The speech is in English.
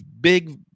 big